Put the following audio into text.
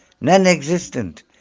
non-existent